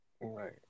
Right